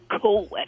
cool